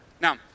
Now